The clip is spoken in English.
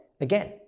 Again